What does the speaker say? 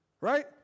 right